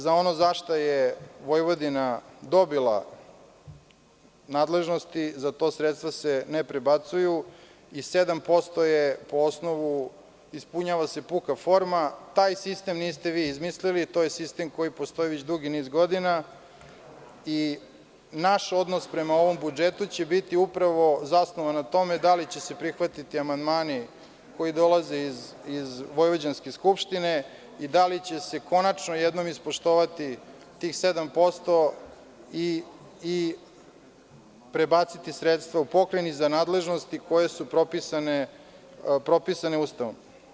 Za ono za šta je Vojvodina dobila nadležnost, za to se sredstva ne prebacuju i 7% je po osnovu, ispunjava se puka forma, taj sistem niste vi izmislili, to je sistem koji postoji dugi niz godina i naš odnos prema ovom budžetu će biti zasnovan na tome da li će se prihvatiti amandmani koji dolaze iz Vojvođanske skupštine i da li će se konačno jednom ispoštovati tih 7% i prebaciti sredstva pokrajini za nadležnosti koje su propisane Ustavom.